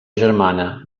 germana